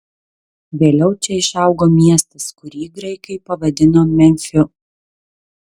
vėliau čia išaugo miestas kurį graikai pavadino memfiu